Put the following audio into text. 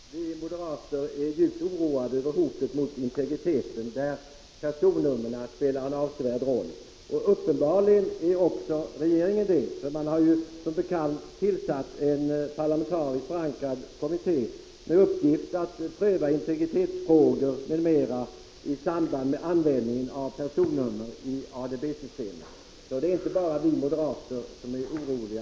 Herr talman! Vi moderater är djupt oroade över hotet mot integriteten, där personnumren spelar en avsevärd roll. Uppenbarligen är också regeringen det. Man har ju som bekant tillsatt en parlamentariskt förankrad kommitté med uppgift att pröva integritetsfrågor m.m. i samband med användningen av personnummer i ADB-system. Så det är inte bara vi moderater som är oroliga.